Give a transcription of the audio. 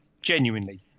genuinely